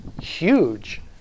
huge